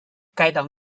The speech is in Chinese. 该党